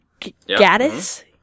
Gaddis